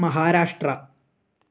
Maharashtra